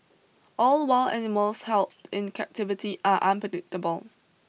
all wild animals held in captivity are unpredictable